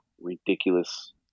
ridiculous